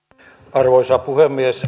arvoisa puhemies